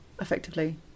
effectively